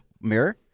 mirror